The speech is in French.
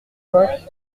cinq